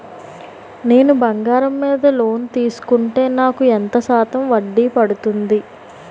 నేను బంగారం మీద లోన్ తీసుకుంటే నాకు ఎంత శాతం వడ్డీ పడుతుంది?